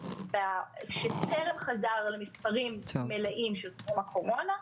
שטרם חזר למספרים מלאים של טרום הקורונה,